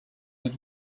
that